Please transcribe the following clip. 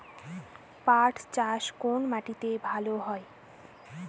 পাট চাষ কোন মাটিতে ভালো হয়?